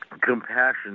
compassion